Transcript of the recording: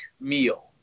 meal